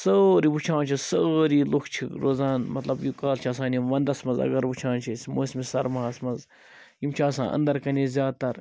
سٲری وٕچھان وٕچھان سٲری لُکھ چھِ روزان مَطلَب یوٗت کال چھِ آسان یِم وَندَس مَنٛز اگر وٕچھان چھِ أسۍ موسمِ سرما ہَس مَنٛز یِم چھِ آسان اندر کنے زیاد تر